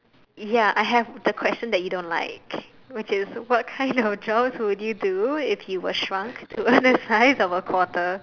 ya I have the question that you don't like which is what kind of jobs would you do if you were shrunk to a size of a quarter